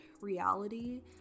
reality